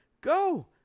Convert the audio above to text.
go